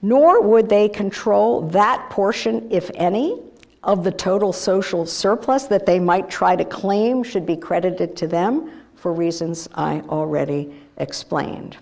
nor would they control that portion if any of the total social surplus that they might try to claim should be credited to them for reasons i already explained